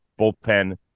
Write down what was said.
bullpen